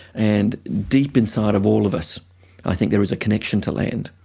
and deep inside of all of us i think there is a connection to land.